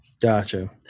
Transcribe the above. Gotcha